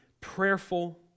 prayerful